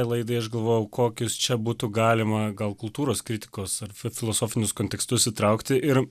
laidai aš galvojau kokius čia būtų galima gal kultūros kritikos ar filosofinius kontekstus įtraukti ir